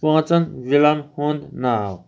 پانٛژن ضلعن ہُنٛد ناو